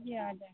ਜੀ ਆ ਜਾਵਾਂਗੇ